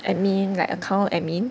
I mean like account admin